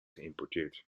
geïmporteerd